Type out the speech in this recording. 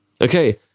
Okay